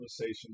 conversation